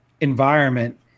environment